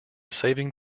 saving